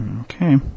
Okay